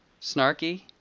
snarky